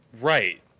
Right